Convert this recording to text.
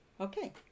Okay